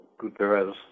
Guterres